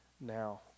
now